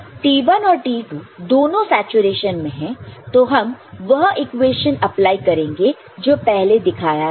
तो जब T1 और T2 दोनों सैचुरेशन में है तो हम वह इक्वेशन अप्लाई करेंगे जो पहले दिखाया था